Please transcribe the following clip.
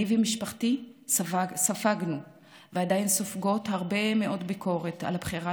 אני ומשפחתי ספגנו ועדיין סופגות הרבה מאוד ביקורת על הבחירה